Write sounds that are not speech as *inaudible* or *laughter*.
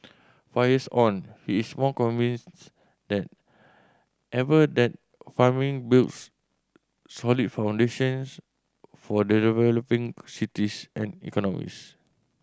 five years on he is more convinced than ever that farming builds solid foundations for *unintelligible* cities and economies